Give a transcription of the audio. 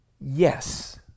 yes